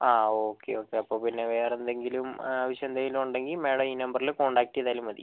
ആ okay okay അപ്പോൾ പിന്നെ വേറെ എന്തെങ്കിലും ആവശ്യം എന്തെങ്കിലും ഉണ്ടെങ്കിൽ മാഡം ഈ നമ്പറിൽ കോൺടാക്റ്റ് ചെയ്താലും മതി